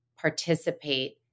participate